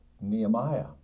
Nehemiah